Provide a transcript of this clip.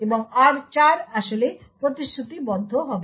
এবং r4 আসলে প্রতিশ্রুতিবদ্ধ হবে